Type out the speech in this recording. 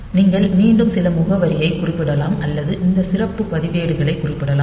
நீங்கள் மீண்டும் சில முகவரியைக் குறிப்பிடலாம் அல்லது இந்த சிறப்பு பதிவேடுகளைக் குறிப்பிடலாம்